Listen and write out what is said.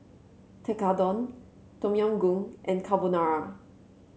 Tekkadon Tom Yam Goong and Carbonara